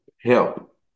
help